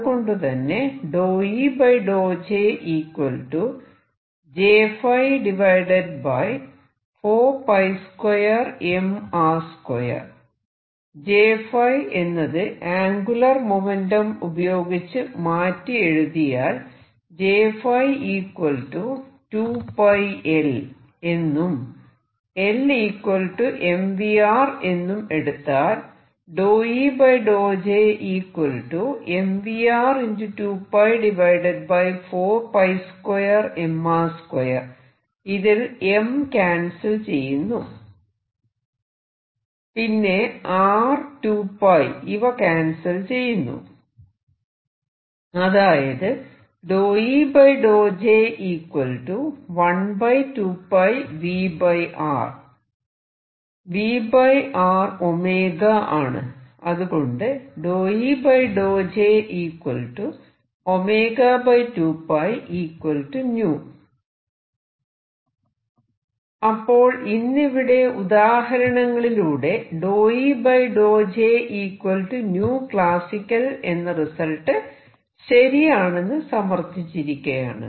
അതുകൊണ്ടുതന്നെ J𝜙 എന്നത് angular momentum ഉപയോഗിച്ച് മാറ്റി എഴുതിയാൽ J𝜙 2𝜋L എന്നും L mvr എന്നും എടുത്താൽ ഇതിൽ m ക്യാൻസൽ ചെയ്യുന്നു പിന്നെ R 2𝜋 ഇവ ക്യാൻസൽ ചെയ്യുന്നു അതായത് vR 𝜔 ആണ് അതുകൊണ്ട് അപ്പോൾ ഇന്നിവിടെ ഉദാഹരണങ്ങളിലൂടെ ∂E∂Jclasical എന്ന റിസൾട്ട് ശരിയാണെന്ന് സമർത്ഥിച്ചിരിക്കയാണ്